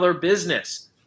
business